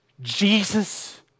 Jesus